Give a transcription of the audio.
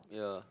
yeah